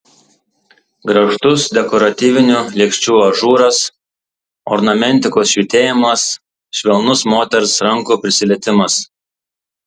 grakštus dekoratyvinių lėkščių ažūras ornamentikos švytėjimas švelnus moters rankų prisilietimas